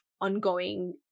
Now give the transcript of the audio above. ongoing